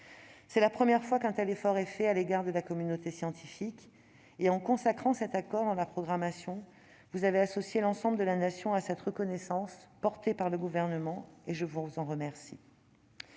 C'est la première fois qu'un tel effort est fait à l'égard de la communauté scientifique. En consacrant cet accord dans la programmation, vous avez associé l'ensemble de la Nation à cette reconnaissance portée par le Gouvernement- je vous en remercie.